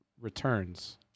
Returns